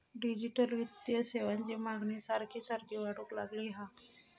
digital वित्तीय सेवांची मागणी सारखी सारखी वाढूक लागली हा